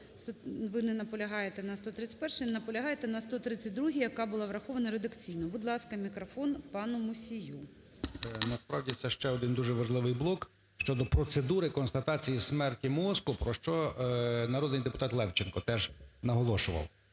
Ви не наполягаєте на 131-й. Наполягаєте на 132-й, яка була врахована редакційно. Будь ласка, мікрофон пану Мусію. 13:51:35 МУСІЙ О.С. Насправді це ще один дуже важливий блок щодо процедури констатації смерті мозку, про що народний депутат Левченко теж наголошував.